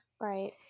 right